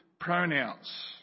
pronouns